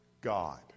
God